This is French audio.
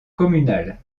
communal